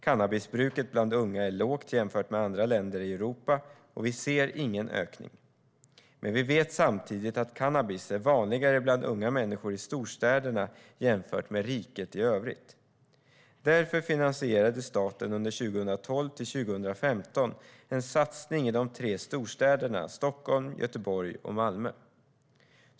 Cannabisbruket bland unga är lågt jämfört med andra länder i Europa, och vi ser ingen ökning. Men vi vet samtidigt att cannabis är vanligare bland unga människor i storstäderna jämfört med riket i övrigt. Därför finansierade staten under 2012-2015 en satsning i de tre storstäderna Stockholm, Göteborg och Malmö.